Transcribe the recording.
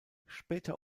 später